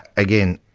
again,